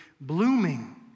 blooming